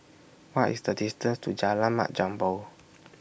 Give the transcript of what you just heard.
What IS The distance to Jalan Mat Jambol